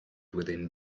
within